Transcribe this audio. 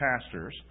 pastors